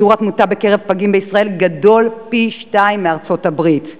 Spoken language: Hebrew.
שיעור התמותה בקרב פגים בישראל גדול פי שניים מבארצות-הברית.